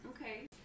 Okay